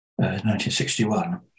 1961